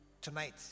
Tonight